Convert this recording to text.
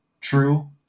true